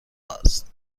است